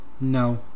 No